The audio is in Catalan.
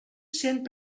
cent